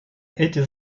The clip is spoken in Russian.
эти